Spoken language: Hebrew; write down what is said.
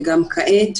וגם כעת.